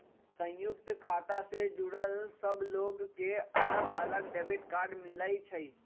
संयुक्त खाता से जुड़ल सब लोग के अलग अलग डेबिट कार्ड मिलई छई